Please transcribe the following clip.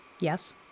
Yes